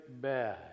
bad